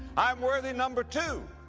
i'm worthy, number two,